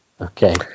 Okay